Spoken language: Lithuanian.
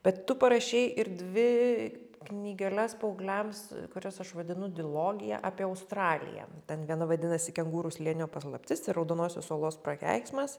bet tu parašei ir dvi knygeles paaugliams kurias aš vadinu dilogija apie australiją ten viena vadinasi kengūrų slėnio paslaptis raudonosios uolos prakeiksmas